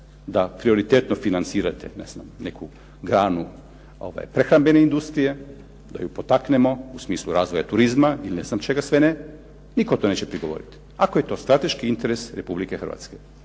da prioritetno financirate neku granu prehrambene industrije, da ju potaknemo u smislu razvoja turizma ili ne znam čega sve ne. Nitko to neće prigovoriti, ako je to strateški interes Republike Hrvatske.